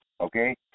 Okay